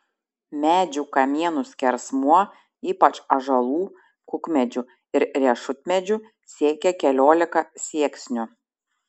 medžių kamienų skersmuo ypač ąžuolų kukmedžių ir riešutmedžių siekė keliolika sieksnių